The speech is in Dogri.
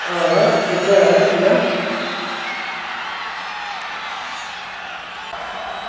आं दुद्ध ऐ हट्टिया